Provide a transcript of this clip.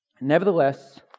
Nevertheless